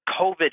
COVID